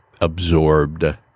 absorbed